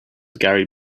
gary